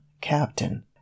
Captain